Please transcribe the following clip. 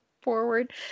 forward